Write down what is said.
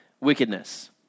wickedness